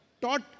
taught